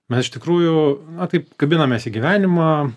mes iš tikrųjų taip kabinamės į gyvenimą